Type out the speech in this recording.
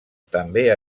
també